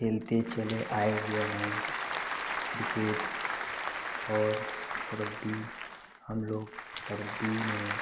खेलते चले आए हुए हैं क्रिकेट और कबड्डी हम लोग कबड्डी में